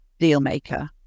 dealmaker